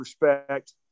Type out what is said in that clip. respect